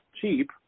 cheap